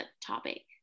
topic